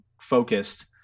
focused